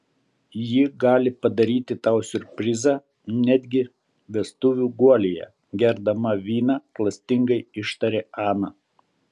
ji gali padaryti tau siurprizą netgi vestuvių guolyje gerdama vyną klastingai ištarė ana